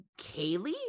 Kaylee